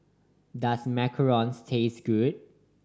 does macarons taste good